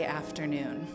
afternoon